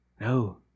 No